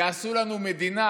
זה יעשה לנו מדינה